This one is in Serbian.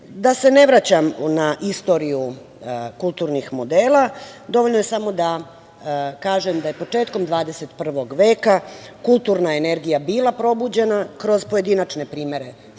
se ne vraćam na istoriju kulturnih modela. Dovoljno je samo da kažem da je početkom XXI veka kulturna energija bila probuđena kroz pojedinačne primere